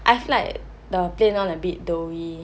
I feel like the plain a bit doughy